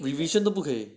revision 都不可以